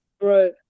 right